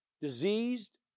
diseased